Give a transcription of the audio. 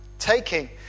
taking